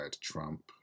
Trump